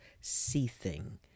seething